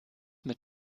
mit